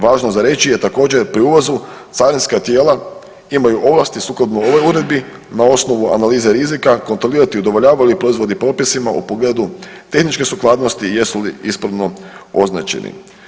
Važno za reći također, pri ulazu carinska tijela imaju ovlasti sukladno ovoj uredbi na osnovu analize rizika kontrolirati, udovoljavaju li proizvodi propisima u pogledu tehničke suglasnosti i jesu li ispravno označeni.